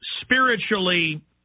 spiritually